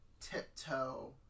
tiptoe